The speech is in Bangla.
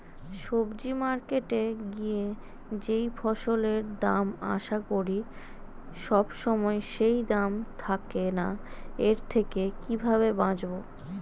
সবজি মার্কেটে গিয়ে যেই ফসলের দাম আশা করি সবসময় সেই দাম থাকে না এর থেকে কিভাবে বাঁচাবো?